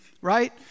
right